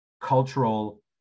cultural